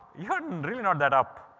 you didn't really know that up.